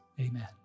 Amen